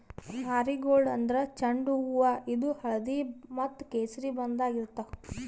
marigold ಅಂದ್ರ ಚೆಂಡು ಹೂವಾ ಇದು ಹಳ್ದಿ ಮತ್ತ್ ಕೆಸರಿ ಬಣ್ಣದಾಗ್ ಇರ್ತವ್